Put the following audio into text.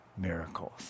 Miracles